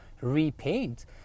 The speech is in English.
repaint